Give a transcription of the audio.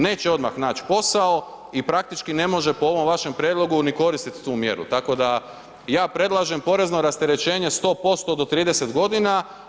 Neće odmah nać posao i praktički ne može po ovom vašem prijedlogu ni koristiti tu mjeru, tako da ja predlažem porezno rasterećenje 100% do 30 godina.